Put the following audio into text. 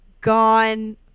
gone